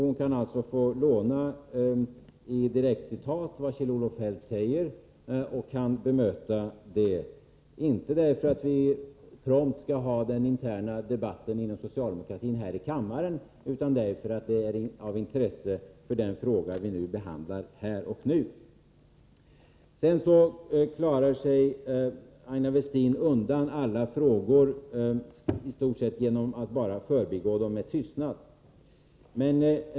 Hon kan alltså få direktcitat av vad Kjell-Olof Feldt skrivit, och hon kan alltså bemöta hans uttalanden —inte prompt därför att vi skall ha den interna debatten inom socialdemokratin här i kammaren utan därför att det är av intresse för den fråga som vi behandlar här och nu. Aina Westin klarade sig undan alla frågor genom att istort sett bara förbigå dem med tystnad.